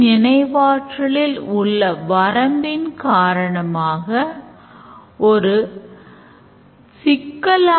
அதில் நுழைய சில தகவல்களைக் கேட்கிறது